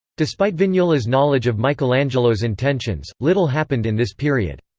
despite vignola's knowledge of michelangelo's intentions, little happened in this period.